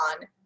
on